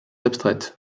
abstraites